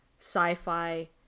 sci-fi